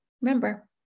Remember